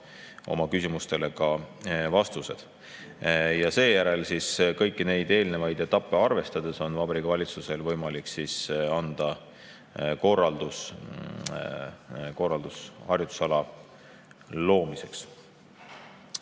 oma küsimustele vastused. Ja seejärel siis kõiki neid eelnevaid etappe arvestades on Vabariigi Valitsusel võimalik anda korraldus harjutusala loomiseks. Kui